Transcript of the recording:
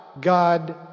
God